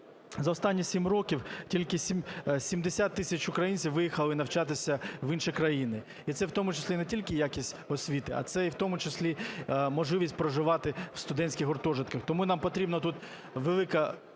за останні 7 років тільки 70 тисяч українців виїхали навчатися в інші країни. І це в тому числі не тільки якість освіти, а це і в тому числі можливість проживати в студентських гуртожитках. Тому нам потрібно тут велика